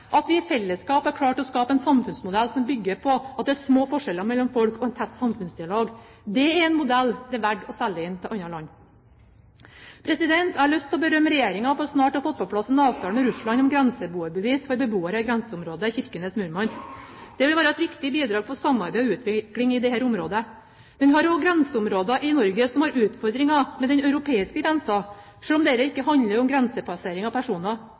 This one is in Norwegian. At vi i fellesskap har klart å skape en samfunnsmodell som bygger på at det er små forskjeller mellom folk, og en tett samfunnsdialog, er en modell det er verdt å selge inn til andre land. Jeg har lyst til å berømme Regjeringen for snart å ha fått på plass en avtale med Russland om et grenseboerbevis for beboerne i grenseområdet Kirkenes–Murmansk. Det vil være et viktig bidrag for samarbeid og utvikling i dette området. Men vi har også grenseområder i Norge som har utfordringer med den europeiske grensen, selv om dette ikke handler om grensepassering av personer.